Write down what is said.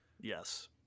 Yes